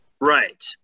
right